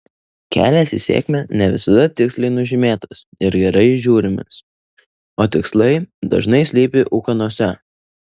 kelias į sėkmę ne visada tiksliai nužymėtas ir gerai įžiūrimas o tikslai dažnai slypi ūkanose